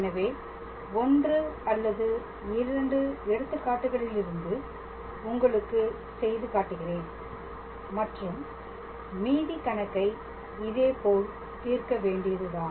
எனவே 1 அல்லது 2 எடுத்துக்காட்டுகளிலிருந்து உங்களுக்கு செய்து காட்டுகிறேன் மற்றும் மீதி கணக்கை இதேபோல் தீர்க்க வேண்டியது தான்